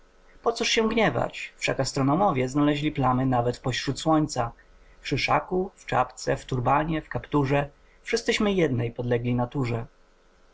pocóż się gniewać wszak astronomowie znalezli plamy nawet wpośród słońca w szyszaku w czapce w turbanie w kapturze wszyscyśmy jednej podlegli naturze